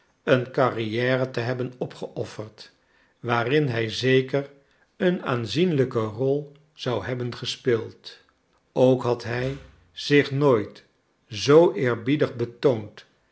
een carrière te hebben opgeofferd waarin hij zeker een aanzienlijke rol zou hebben gespeeld ook had hij zich nooit z eerbiedig betoond